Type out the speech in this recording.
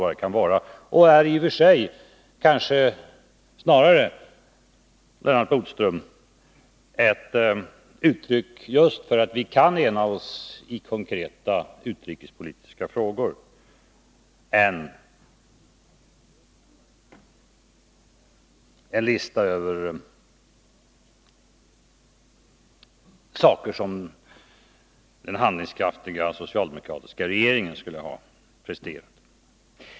Kanske är listan, Lennart Bodström, i och för sig snarare ett uttryck för att vi kan ena oss i konkreta utrikespolitiska frågor än en förteckning över saker som den handlingskraftiga socialdemokratiska regeringen skulle ha presterat.